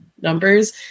numbers